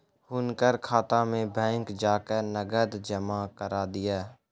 हुनकर खाता में बैंक जा कय नकद जमा करा दिअ